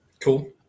Cool